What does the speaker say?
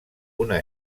una